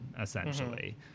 essentially